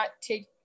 take